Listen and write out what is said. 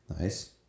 Nice